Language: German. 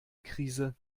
krise